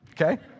Okay